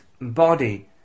body